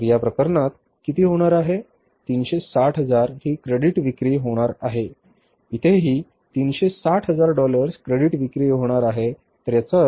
360 हजार ही क्रेडिट विक्री होणार आहे इथेही 360 हजार डॉलर्स क्रेडिट विक्री होणार आहे तर याचा अर्थ एकूण क्रेडिट विक्री 1350000 रुपयांची असेल आणि रोख विक्री 150 हजार आहे तर आता तुम्ही त्याची पुर्ण बेरीज करा